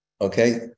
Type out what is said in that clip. Okay